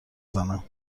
زنم